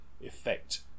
effect